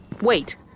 Wait